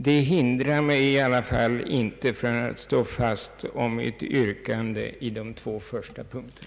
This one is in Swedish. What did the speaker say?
Det hindrar mig emellertid inte från att stå fast vid mitt yrkande i de två första punkterna.